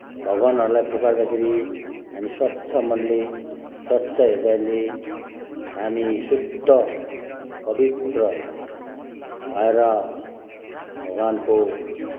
भगवान्हरूलाई पुकार्दाखेरि हामी स्वच्छ मनले स्वच्छ हृदयले हामी शुद्ध पवित्र भएर भगवान्को